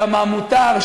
דמם מותר,